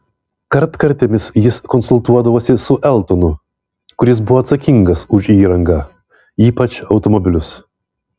kartkartėmis jis konsultuodavosi su eltonu kuris buvo atsakingas už įrangą ypač automobilius